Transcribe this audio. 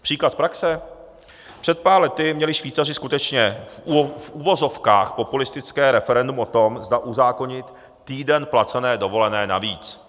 Příklad z praxe: Před pár lety měli Švýcaři skutečně v uvozovkách populistické referendum o tom, zda uzákonit týden placené dovolené navíc.